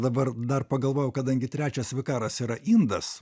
dabar dar pagalvojau kadangi trečias vikaras yra indas